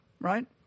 Right